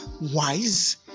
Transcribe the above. wise